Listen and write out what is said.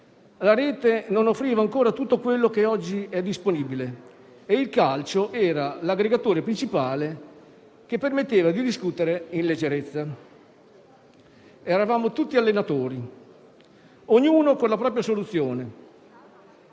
La rete non offriva ancora tutto ciò che oggi è disponibile e il calcio era l'aggregatore principale che permetteva di discutere in leggerezza. Eravamo tutti allenatori, ognuno con la propria soluzione.